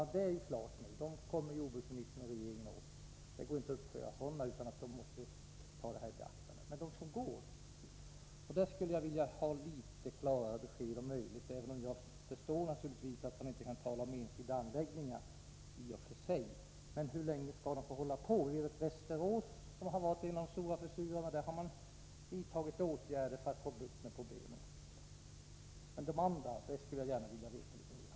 Det går inte att uppföra några sådana utan att man måste ta de nya kraven i beaktande. Men hur blir det med dem som redan är i drift? Jag skulle gärna vilja ha litet klarare besked på den punkten, även om jag förstår att vi i och för sig inte kan tala om enskilda anläggningar. Men hur länge skall dessa äldre anläggningar få fortsätta sina utsläpp? I Västerås, där man har en av de stora ”försurarna”, har man vidtagit åtgärder för att få bukt med problemen. Men hur är det på andra håll? Jag skulle gärna vilja få veta litet mera om detta.